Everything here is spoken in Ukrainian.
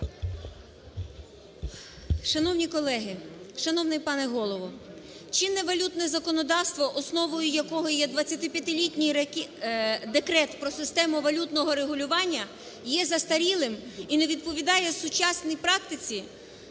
Шановні колеги! Шановний пане Голово! Чинне валютне законодавство, основою якого є 25-літній Декрет про систему валютного регулювання, є застарілим і не відповідає сучасній практиці